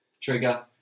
Trigger